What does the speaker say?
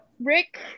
Rick